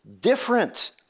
different